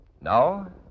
Now